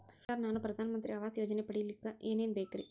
Sir ನಾನು ಪ್ರಧಾನ ಮಂತ್ರಿ ಆವಾಸ್ ಯೋಜನೆ ಪಡಿಯಲ್ಲಿಕ್ಕ್ ಏನ್ ಏನ್ ಬೇಕ್ರಿ?